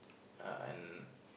yeah and